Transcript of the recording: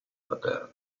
paterna